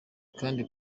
kandi